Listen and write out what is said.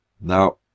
Now